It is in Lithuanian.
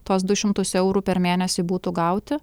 tuos du šimtus eurų per mėnesį būtų gauti